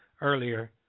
earlier